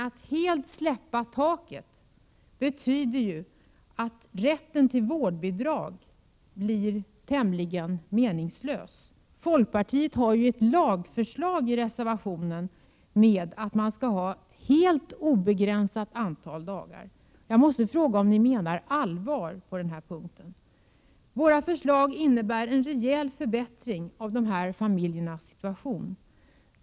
Att helt släppa taket betyder ju att rätten till vårdbidrag blir tämligen meningslös. Folkpartiet har ju i reservationen ett lagförslag med ett helt obegränsat antal dagar. Jag måste fråga om ni verkligen menar allvar. Våra förslag innebär en rejäl förbättring av de här familjernas situation.